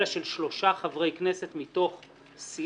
אלא של שלושה חברי כנסת, מתוך סיעה,